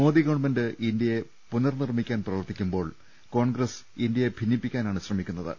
Modi government ഇന്ത്യയെ പുനർ നിർമ്മിക്കാൻ പ്രവർത്തിക്കു മ്പോൾ കോൺഗ്രസ് ഇന്ത്യയെ ഭിന്നിപ്പിക്കാനാണ് ശ്രമിക്കു ന്നത്